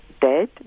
dead